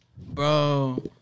Bro